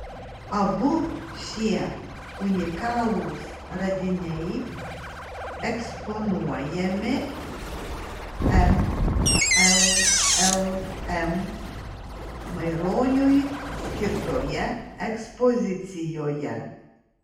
abu šie unikalūs radiniai eksponuojami mllm maironiui skirtoje ekspozicijoje